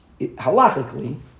Halachically